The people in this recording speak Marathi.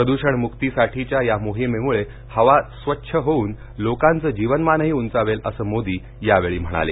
प्रदूषणमुक्तीसाठीच्या या मोहिमेमुळे हवा स्वच्छ होऊन लोकांचं जीवनमानही उंचावेल असं मोदी यावेळी म्हणाले